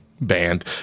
banned